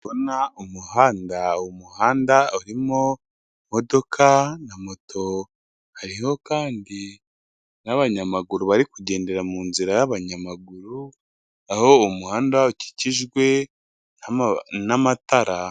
Ndabona umuhanda, uwo muhanda urimo imodoka na moto hariho kandi n'abanyamaguru bari kugendera mu nzira y'abanyamaguru aho umuhanda ukikijwe n'amatara.